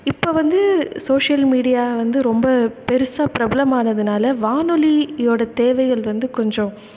இப்போ வந்து social media வந்து ரொம்ப பெருசாக பிரபலமானதுனால் வானொலியோடய தேவைகள் வந்து கொஞ்சம்